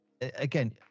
Again